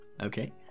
Okay